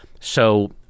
so-